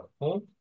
home